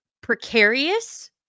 Precarious